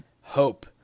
hope